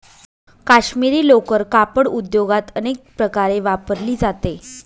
काश्मिरी लोकर कापड उद्योगात अनेक प्रकारे वापरली जाते